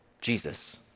Jesus